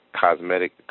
cosmetic